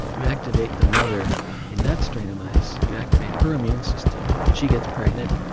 you activate the mother in that strain of mice, you activate her immune system, she gets pregnant,